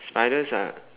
spiders are